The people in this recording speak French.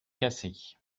cassées